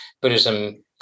Buddhism